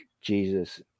jesus